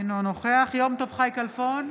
אינו נוכח יום טוב חי כלפון,